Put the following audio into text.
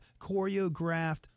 Choreographed